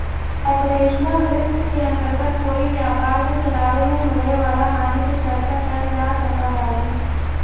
operational risk के अंतर्गत कोई व्यापार के चलावे में होवे वाला हानि के चर्चा कैल जा सकऽ हई